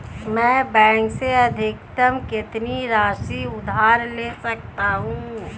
मैं बैंक से अधिकतम कितनी राशि उधार ले सकता हूँ?